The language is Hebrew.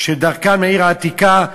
כשדרכם לעיר העתיקה,